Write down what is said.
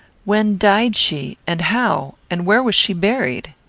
when died she, and how, and where was she buried?